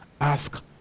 Ask